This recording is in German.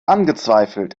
angezweifelt